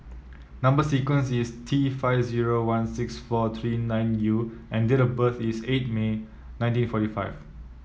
number sequence is T five zero one six four three nine U and date of birth is eight May nineteen forty five